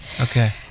okay